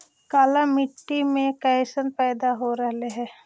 काला मिट्टी मे कैसन पैदा हो रहले है?